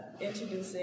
introducing